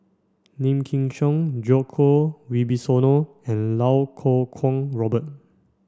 Lim Chin Siong Djoko Wibisono and Lau Kuo Kwong Robert